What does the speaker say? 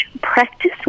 practice